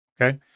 Okay